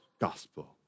gospel